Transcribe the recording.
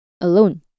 alone